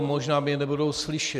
Možná mě nebudou slyšet.